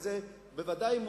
ודאי,